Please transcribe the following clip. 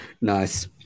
Nice